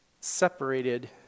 separated